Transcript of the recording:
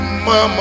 Mama